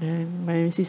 and my sister